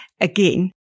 again